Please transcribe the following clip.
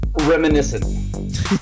Reminiscent